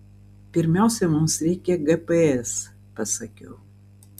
pirmiausia mums reikia gps pasakiau